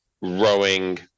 rowing